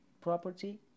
property